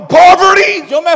poverty